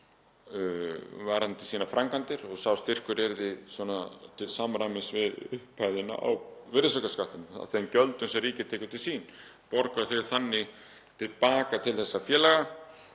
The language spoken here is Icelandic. varðandi sínar framkvæmdir og sá styrkur yrði svona til samræmis við upphæðina á virðisaukaskattinum, þeim gjöldum sem ríkið tekur til sín, borga þau þannig til baka til þessara félaga